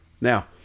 Now